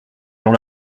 gens